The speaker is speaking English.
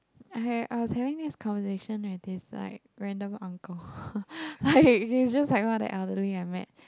I I was having this conversation with this like random uncle like he's just like one of the elderly I met